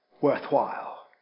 worthwhile